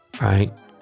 Right